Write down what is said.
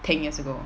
ten years ago